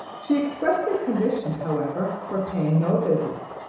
she expressly conditioned, however, for paying no visits,